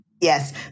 Yes